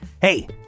Hey